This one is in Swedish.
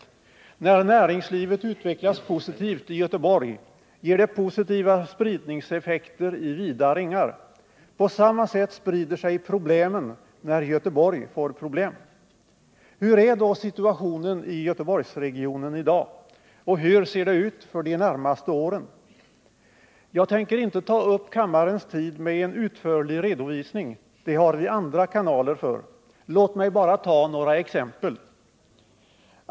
När näringslivet utvecklas positivt i Göteborg, ger det positiva spridningseffekter i vida ringar. På samma sätt sprider sig problemen, när Göteborg får problem. Hur är då situationen i Göteborgsregionen i dag? Och hur ser det ut för de närmaste åren? Jag tänker inte ta upp kammarens tid med en utförlig redovisning — det har vi andra kanaler för. Låt mig bara ta några exempel.